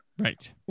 Right